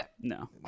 No